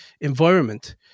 environment